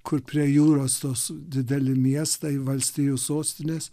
kur prie jūros tos dideli miestai valstijų sostines